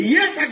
Yes